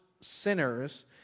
sinners